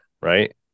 Right